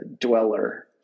dweller